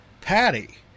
patty